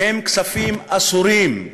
הם כספים אסורים,